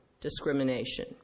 discrimination